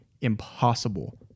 impossible